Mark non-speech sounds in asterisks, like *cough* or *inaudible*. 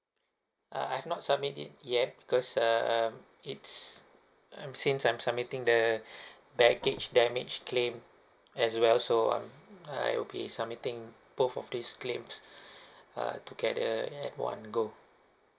uh I've not submit it yet because um it's um since I'm submitting the *breath* baggage damage claim as well so I'm I will be submitting both of these claims *breath* uh together at one go